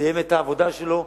סיים את העבודה שלו,